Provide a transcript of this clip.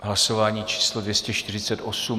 Hlasování číslo 248.